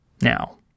Now